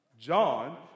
John